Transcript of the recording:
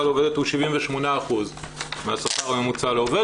לעובדת הוא 78% מהשכר הממוצע לעובד,